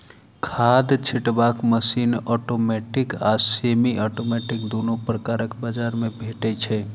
खाद छिटबाक machine automatic आ सेमी औटोमेटिक दुनू प्रकारक बजार मे भेटै छै